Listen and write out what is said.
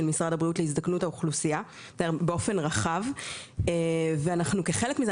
משרד הבריאות להזדקנות האוכלוסייה באופן רחב ואנחנו כחלק מזה,